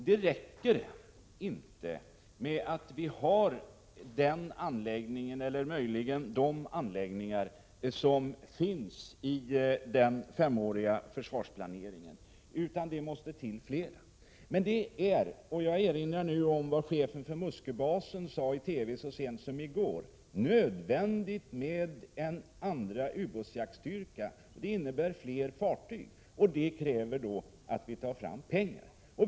Det räcker inte med den anläggning och det system som finns i den femåriga försvarsplaneringen — det måste till fler ubåtsjaktsresurser! Jag erinrar om vad chefen för Musköbasen sade i TV så sent som i går: Det är nödvändigt med en andra ubåtsjaktsstyrka! Det innebär fler fartyg, och det kräver att vi tar fram pengar.